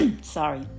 sorry